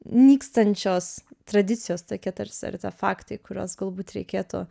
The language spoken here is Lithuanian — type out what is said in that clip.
nykstančios tradicijos tokie tarsi artefaktai kuriuos galbūt reikėtų